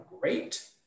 great